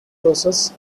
trousers